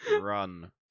run